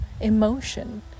emotion